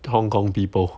Hong-Kong people